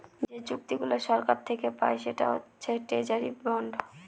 যে চুক্তিগুলা সরকার থাকে পায় সেটা হচ্ছে ট্রেজারি বন্ড